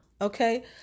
okay